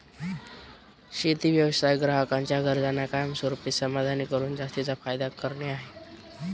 शेती व्यवसाय ग्राहकांच्या गरजांना कायमस्वरूपी समाधानी करून जास्तीचा फायदा करणे आहे